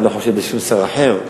אני לא חושד בשום שר אחר,